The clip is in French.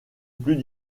plus